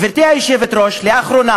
גברתי היושבת-ראש, לאחרונה